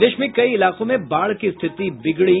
प्रदेश में कई इलाकों में बाढ़ की स्थिति बिगड़ी